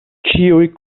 ĉiuj